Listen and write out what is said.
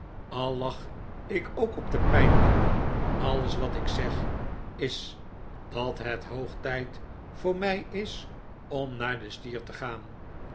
lag ik ook op de pijnbank alles wat ik zeg is dat het hoog tijd voor mij is om naar de stier te gaan